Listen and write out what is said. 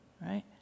right